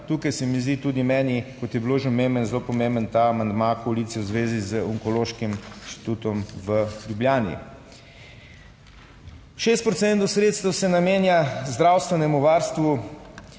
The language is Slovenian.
Tukaj se mi zdi tudi meni, kot je bilo že omenjeno, zelo pomemben ta amandma koalicije v zvezi z Onkološkim inštitutom v Ljubljani. 6 procentov sredstev se namenja zdravstvenemu varstvu